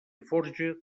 forja